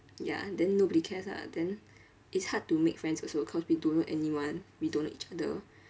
ya then nobody cares ah then it's hard to make friends also cause we don't know anyone we don't know each other